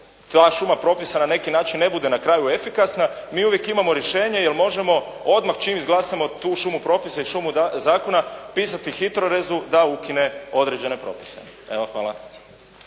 ta šuma propisa na neki način ne bude na kraju efikasna, mi uvijek imamo rješenje jer možemo odmah čim izglasamo tu šumu propisa i šumu zakona pisati HITRORez-u da ukine određene propise. Evo, hvala.